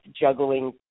juggling